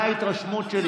זו ההתרשמות שלי.